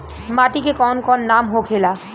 माटी के कौन कौन नाम होखे ला?